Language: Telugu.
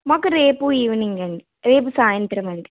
మాకు రేపు ఈవినింగ్ అండి రేపు సాయంత్రం అండి